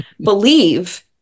believe